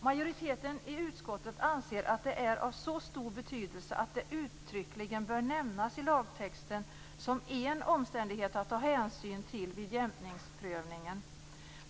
Majoriteten i utskottet anser att det är av så stor betydelse att det uttryckligen bör nämnas i lagtexten som en omständighet att ta hänsyn till vid jämkningsprövningen.